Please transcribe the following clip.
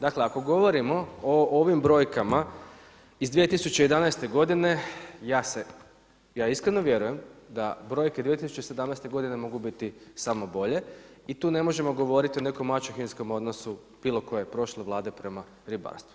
Dakle ako govorimo o ovim brojkama iz 2011. godine, ja se, ja iskreno vjerujem, da brojke 2017. godine mogu biti samo bolje i tu ne možemo govoriti o nekom maćehinskom odnosu bilo koje, prošle Vlade prema ribarstvu.